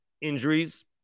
injuries